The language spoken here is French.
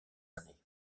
années